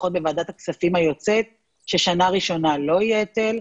לפחות בוועדת הכספים היוצאת ששנה ראשונה לא יהיה היטל,